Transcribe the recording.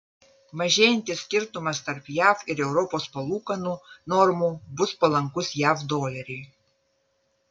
mažėjantis skirtumas tarp jav ir europos palūkanų normų bus palankus jav doleriui